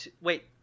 wait